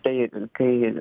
tai kai